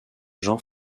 jean